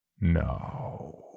No